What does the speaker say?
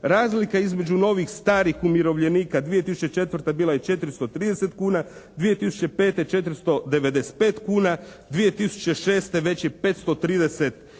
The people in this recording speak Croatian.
Razlika između novih starih umirovljenika 2004. bila je 430 kuna, 2005. 495 kuna, 2006. već je 531 kuna.